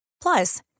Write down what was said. Plus